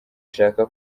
ishaka